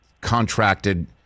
contracted